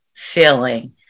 Feeling